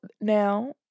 now